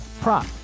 prop